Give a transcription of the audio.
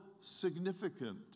significant